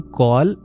call